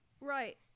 Right